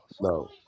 No